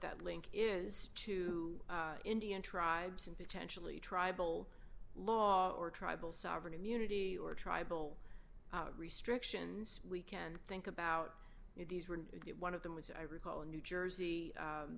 that link is to indian tribes and potentially tribal law or tribal sovereign immunity or tribal restrictions we can think about these were it one of them was i recall in new jersey